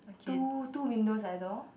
two two windows at the door